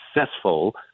successful